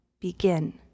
begin